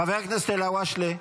חבר הכנסת אלהואשלה.